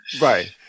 Right